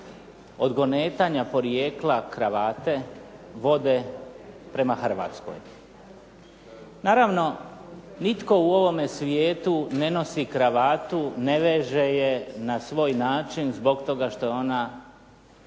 odgonetanja porijekla kravate vode prema Hrvatskoj. Naravno nitko u ovome svijetu ne nosi kravatu, ne veže je na svoj način zbog toga što je ona,